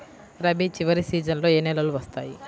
రబీ చివరి సీజన్లో ఏ నెలలు వస్తాయి?